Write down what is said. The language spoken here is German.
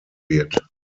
wird